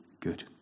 good